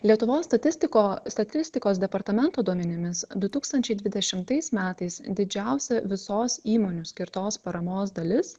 lietuvos statistiko statistikos departamento duomenimis du tūkstančiai dvidešimtais metais didžiausia visos įmonių skirtos paramos dalis